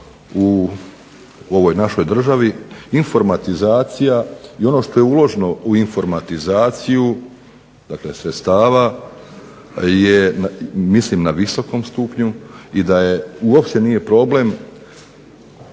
u ovoj našoj državi informatizacija i ono što je uloženo u informatizaciju dakle sredstava je mislim na visokom stupnju i uopće nije problem